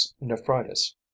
nephritis